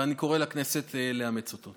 ואני קורא לכנסת לאמץ אותו.